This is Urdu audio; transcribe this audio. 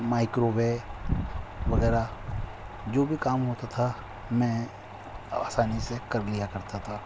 مائیکرو وے وغیرہ جو بھی کام ہوتا تھا میں آسانی سے کر لیا کرتا تھا